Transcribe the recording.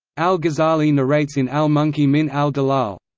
al-ghazali narrates in al-munqidh min al-dalal